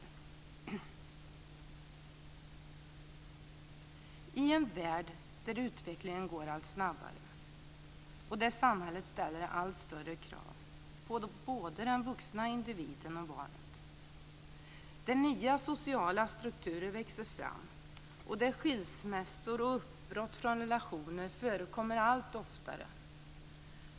Vi lever i en värld där utvecklingen går allt snabbare och där samhället ställer allt större krav på både den vuxna individen och barnet, där nya sociala strukturer växer fram och där skilsmässor och uppbrott från relationer förekommer allt oftare.